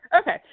okay